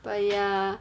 but ya